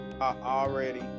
already